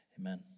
Amen